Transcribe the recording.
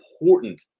important